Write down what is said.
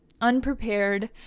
unprepared